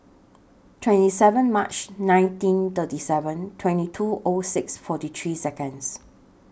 twenty seven March nineteen thirty seven twenty two O six forty three Seconds